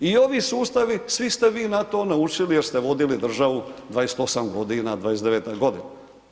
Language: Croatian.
I ovi sustavi, svi ste vi na to naučili jer ste vodili državu 28 godina, 29-toj godini.